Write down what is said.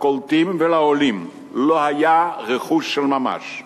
לקולטים ולעולים לא היה רכוש של ממש.